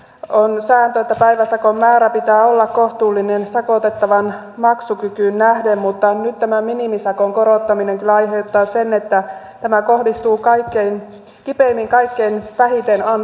on sääntö että päiväsakon määrän pitää olla kohtuullinen sakotettavan maksukykyyn nähden mutta nyt tämä minimisakon korottaminen kyllä aiheuttaa sen että tämä kohdistuu kipeimmin kaikkein vähiten ansaitseviin